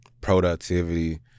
productivity